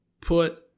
put